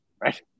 right